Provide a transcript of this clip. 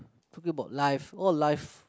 talking about life all life